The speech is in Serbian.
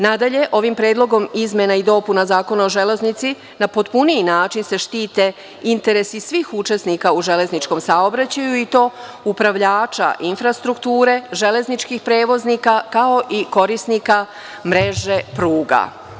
Nadalje, ovim Predlogom izmena i dopuna Zakona o železnici na potpuniji način se štite interesi svih učesnika u železničkom saobraćaju, i to upravljača infrastrukture, železničkih prevoznika, kao i korisnika mreže pruga.